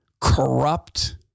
corrupt